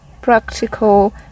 practical